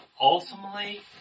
Ultimately